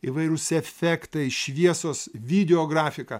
įvairūs efektai šviesos video grafika